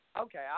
Okay